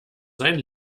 sein